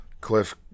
Cliff